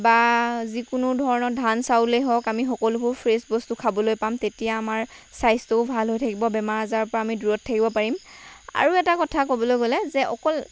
বা যিকোনো ধৰণৰ ধান চাউলেই হওক আমি সকলোবোৰ ফ্ৰেছ বস্তু খাবলৈ পাম তেতিয়া আমাৰ স্বাস্থ্যও ভাল হৈ থাকিব বেমাৰ আজাৰৰ পৰা আমি দূৰত থাকিব পাৰিম আৰু এটা কথা ক'বলৈ গ'লে যে অকল